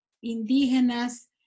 indígenas